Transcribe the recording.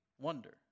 Wonder